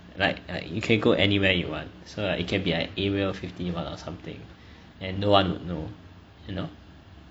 like like you can go anywhere you want so like it can be like area fifty-one or something and no one will know you know